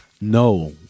no